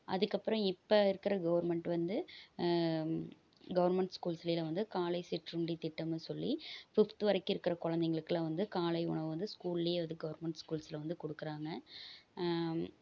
அதுக்கு அப்றம் இப்போ இருக்கிற கவுர்மென்ட் வந்து கவுர்மென்ட் ஸ்கூல்ஸில் எல்லாம் வந்து காலை சிற்றுண்டி திட்டம்னு சொல்லி ஃபிப்த் வரைக்கும் இருக்கிற குழந்தைகளுக்குலாம் வந்து காலை உணவுன்னு ஸ்கூல்லேயே கவுர்மென்ட் ஸ்கூல்ஸில் வந்து கொடுக்குறாங்க